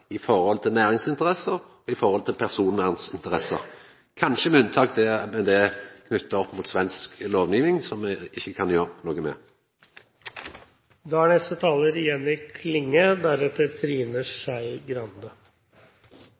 i høve til næringsinteresser og i høve til personverninteresser – kanskje med unntak av det som er knytt opp mot svensk lovgjeving, som me ikkje kan gjera noko med. Det er